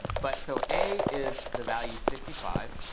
but so a is the value sixty five.